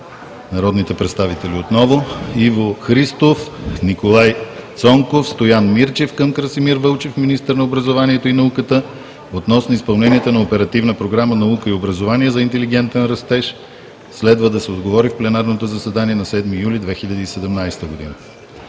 народните представители Анелия Клисарова, Иво Христов, Николай Цонков, Стоян Мирчев към Красимир Вълчев – министър на образованието и науката, относно изпълнението на Оперативна програма „Наука и образование за интелигентен растеж“. Следва да се отговори в пленарното заседание на 7 юли 2017 г.